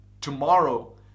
tomorrow